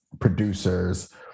producers